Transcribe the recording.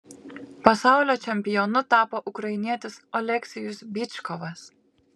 pasaulio čempionu tapo ukrainietis oleksijus byčkovas